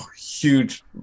huge